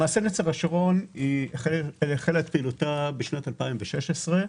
נצר השרון החלה את פעילותה בשנת 2016,